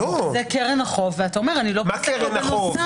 זו קרן החוב, ואתה אומר --- מה קרן החוב?